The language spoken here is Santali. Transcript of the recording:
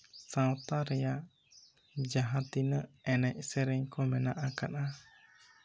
ᱥᱟᱶᱛᱟ ᱨᱮᱭᱟᱜ ᱡᱟᱦᱟᱸᱛᱤᱱᱟᱹᱜ ᱮᱱᱮᱡᱼᱥᱮᱹᱨᱮᱹᱧ ᱠᱚ ᱢᱮᱱᱟᱜ ᱟᱠᱟᱫᱟ